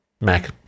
Mac